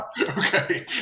Okay